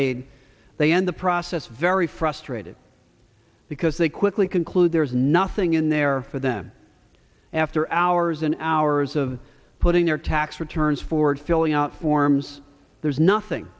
aid they end the process very frustrated because they quickly conclude there's nothing in there for them after hours and hours of putting their tax returns forward filling out forms there's nothing